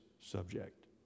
subject